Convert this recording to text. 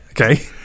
okay